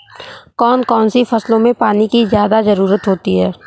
कौन कौन सी फसलों में पानी की ज्यादा ज़रुरत होती है?